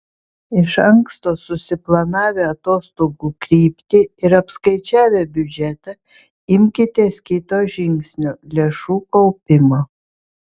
iš anksto susiplanavę atostogų kryptį ir apskaičiavę biudžetą imkitės kito žingsnio lėšų kaupimo